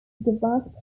devastated